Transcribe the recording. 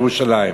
ירושלים,